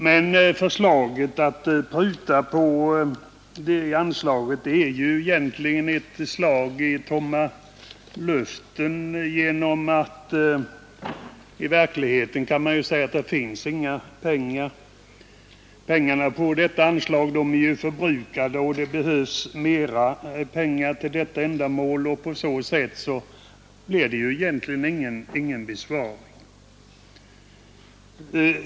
Men förslaget att pruta på det anslaget är egentligen ett slag i tomma luften, eftersom det i verkligheten inte finns några pengar. Detta anslag är ju förbrukat, och det behövs mera pengar till detta ändamål. På så sätt blir det egentligen ingen besparing.